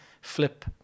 flip